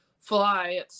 fly